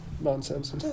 nonsense